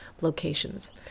locations